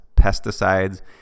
pesticides